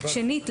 ושנית,